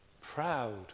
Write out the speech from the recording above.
Proud